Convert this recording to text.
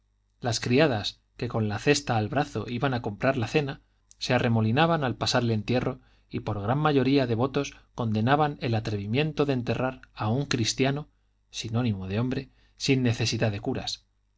las criadas que con la cesta al brazo iban a comprar la cena se arremolinaban al pasar el entierro y por gran mayoría de votos condenaban el atrevimiento de enterrar a un cristiano sinónimo de hombre sin necesidad de curas